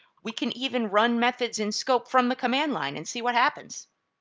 we can even run methods in scope from the command line and see what happens.